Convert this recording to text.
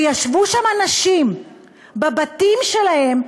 וישבו שם אנשים בבתים שלהם,